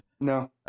No